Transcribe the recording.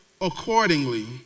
accordingly